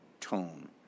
tone